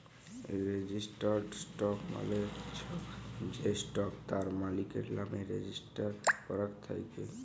registered stock মালে চ্ছ যে স্টক তার মালিকের লামে রেজিস্টার করাক থাক্যে